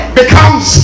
becomes